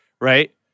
right